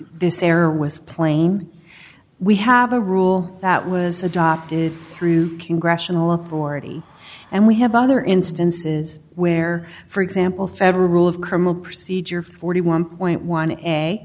this error was plame we have a rule that was adopted through congressional authority and we have other instances where for example federal rule of criminal procedure forty one point one